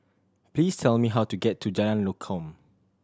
please tell me how to get to Jalan Lokam